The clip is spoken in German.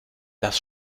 das